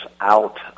out